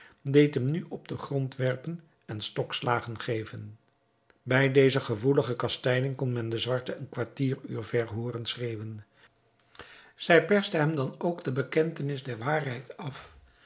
deed hem nu op den grond werpen en stokslagen geven bij deze gevoelige kastijding kon men de zwarte een kwartier uur ver hooren schreeuwen zij perste hem dan ook de bekentenis der waarheid af